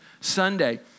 Sunday